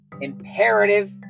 imperative